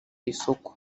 isoko